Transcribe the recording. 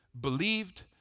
Believed